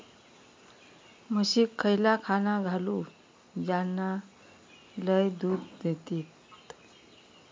म्हशीक खयला खाणा घालू ज्याना लय दूध देतीत?